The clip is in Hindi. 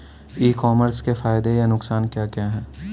ई कॉमर्स के फायदे या नुकसान क्या क्या हैं?